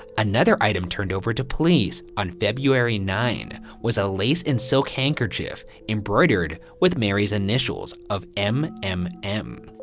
another item turned over to police on february ninth was a lace and silk handkerchief embroidered with mary's initials of m m m.